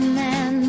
man